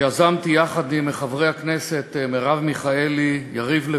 שיזמתי יחד עם חברי הכנסת מרב מיכאלי, יריב לוין,